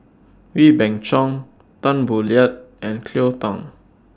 Wee Beng Chong Tan Boo Liat and Cleo Thang